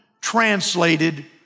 translated